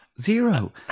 Zero